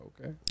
okay